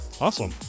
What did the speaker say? Awesome